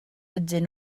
ydyn